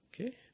Okay